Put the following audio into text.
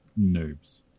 noobs